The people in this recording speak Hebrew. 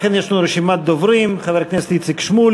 לכן יש לנו רשימת דוברים: חבר הכנסת איציק שמולי,